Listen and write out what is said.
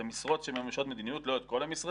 את המשרות שמממשות מדיניות לא את כל המשרדים,